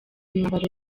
umwambaro